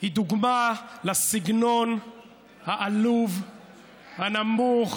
היא דוגמה לסגנון העלוב, הנמוך,